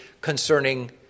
concerning